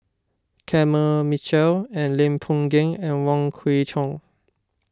Kenneth Mitchell and Lim Boon Keng and Wong Kwei Cheong